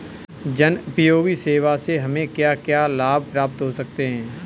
जनोपयोगी सेवा से हमें क्या क्या लाभ प्राप्त हो सकते हैं?